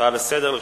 הצעה לסדר-היום.